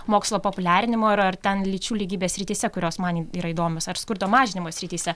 mokslo populiarinimo ar ar ten lyčių lygybės srityse kurios man yra įdomios ar skurdo mažinimo srityse